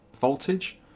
voltage